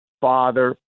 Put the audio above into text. father